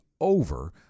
over